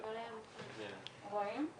(מוקרן סרטון)